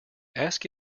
ask